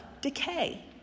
decay